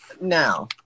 now